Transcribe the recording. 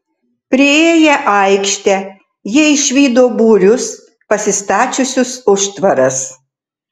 priėję aikštę jie išvydo būrius pasistačiusius užtvaras